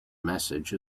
message